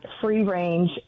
free-range